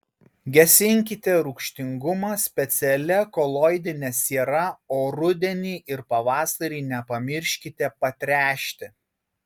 gesinkite rūgštingumą specialia koloidine siera o rudenį ir pavasarį nepamirškite patręšti